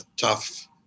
tough